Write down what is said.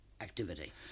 activity